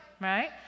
Right